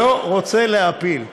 לא רוצה להפיל.